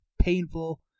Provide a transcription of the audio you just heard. Painful